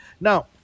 Now